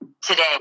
today